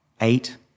eight